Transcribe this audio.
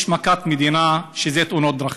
יש מכת מדינה, תאונות דרכים.